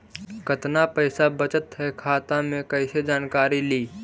कतना पैसा बचल है खाता मे कैसे जानकारी ली?